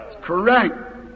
correct